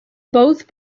both